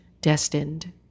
destined